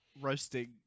roasting